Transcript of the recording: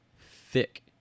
Thick